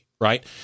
right